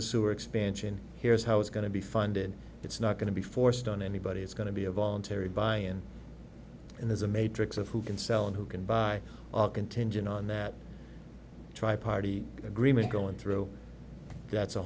a sewer expansion here's how it's going to be funded it's not going to be forced on anybody it's going to be a voluntary buy in and there's a matrix of who can sell and who can buy all contingent on that try party agreement going through that's a